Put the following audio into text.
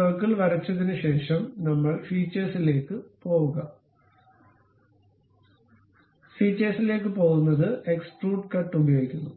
ആ സർക്കിൾ വരച്ചതിനുശേഷം നമ്മൾ ഫീച്ചേഴ്സിലേക്ക് പോകുന്നത് എക്സ്ട്രൂഡ് കട്ട് ഉപയോഗിക്കുന്നു